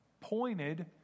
pointed